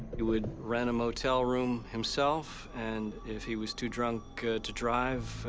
he would rent a motel room himself, and if he was too drunk to drive,